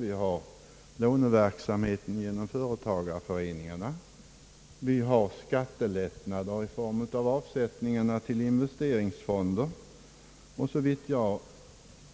Vi har låneverksamhet genom företagarföreningarna och vi har skattelättnader i form av avsättningar till investeringsfonder, och såvitt jag